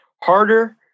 harder